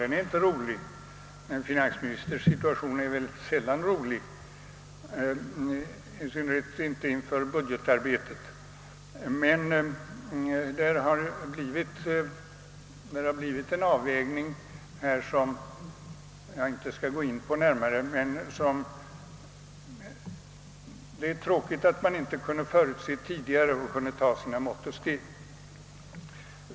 Den är inte rolig, men en finansministers situation är väl sällan rolig, i synnerhet inte inför budgetarbetet. Det har här skett en avvägning som jag inte skall gå in närmare på, men det är tråkigt att problemet inte kunnat förutses tidigare och att det då inte tagits erforderliga mått och steg.